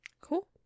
Cool